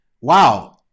wow